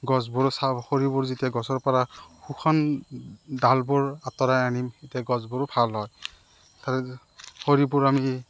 গছবোৰ ছা খৰিবোৰ যেতিয়া গছৰ পৰা শুকান ডালবোৰ আতঁৰাই আনিম তেতিয়া গছবোৰো ভাল হয় খালি খৰিবোৰ আমি